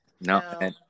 No